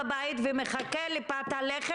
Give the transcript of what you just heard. בבקשה.